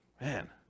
man